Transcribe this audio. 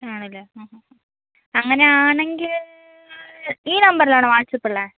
ആണല്ലേ ആ അങ്ങനെ ആണെങ്കിൽ ഈ നമ്പറിൽ ആണോ വാട്സ്ആപ്പ് ഉള്ളത്